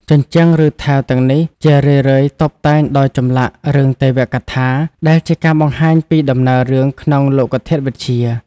ជញ្ជាំងឬ ថែវទាំងនេះជារឿយៗតុបតែងដោយចម្លាក់រឿងទេវកថា ដែលជាការបង្ហាញពីដំណើររឿងក្នុងលោកធាតុវិទ្យា។